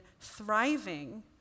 thriving